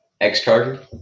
X-Charger